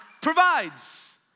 provides